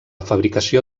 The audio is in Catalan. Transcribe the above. fabricació